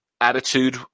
attitude